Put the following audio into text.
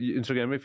Instagram